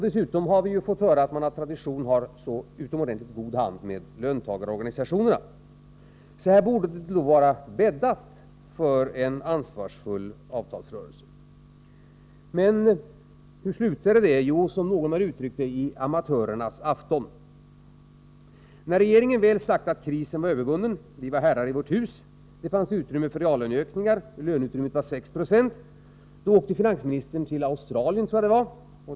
Dessutom har vi fått höra att man av tradition har utomordentligt god hand med löntagarorganisationerna. Här borde det då vara bäddat för en ansvarsfull avtalsrörelse. Men hur slutade det? Jo, som någon har uttryckt sig slutade det i ”amatörernas afton”. När regeringen väl sagt att krisen var övervunnen -— vi var herrar i vårt hus, och det fanns utrymme för reallöneökningar, med ett löneutrymme på 6 96 — åkte finansministern till Australien, tror jag det var.